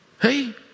Hey